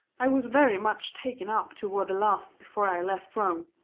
i was very much taken up toward the last before i left rome.